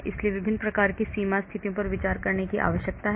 इसलिए विभिन्न प्रकार की सीमा स्थितियों पर विचार करने की आवश्यकता है